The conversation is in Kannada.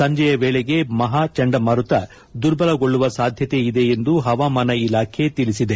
ಸಂಜೆಯ ವೇಳೆಗೆ ಮಹಾ ಚಂಡಮಾರುತ ದುರ್ಬಲಗೊಳ್ಳುವ ಸಾಧ್ಯತೆ ಇದೆ ಎಂದು ಹವಾಮಾನ ಇಲಾಖೆ ತಿಳಿಸಿದೆ